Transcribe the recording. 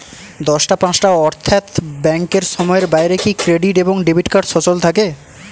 দশটা পাঁচটা অর্থ্যাত ব্যাংকের সময়ের বাইরে কি ক্রেডিট এবং ডেবিট কার্ড সচল থাকে?